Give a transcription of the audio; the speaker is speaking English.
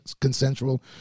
consensual